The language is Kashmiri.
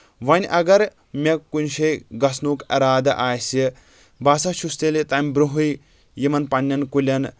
وۄنۍ اگر مےٚ کُنہِ شٲے گژھنُک اِرادٕ آسہِ بہٕ ہسا چھُس تیٚلہِ تمہِ برونٛہٕے یِمن پننؠن کُلؠن